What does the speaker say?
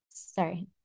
sorry